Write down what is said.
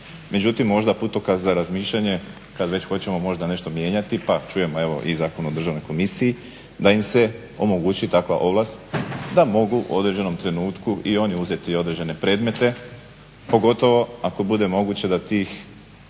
Međutim možda putokaz za razmišljanje kad već hoćemo možda nešto mijenjati pa čujemo evo i Zakon o Državnoj komisiji da im se omogući takva ovlast da mogu u određenom trenutku i oni uzeti određene predmete pogotovo ako bude moguće da tih